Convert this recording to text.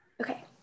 okay